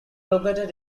located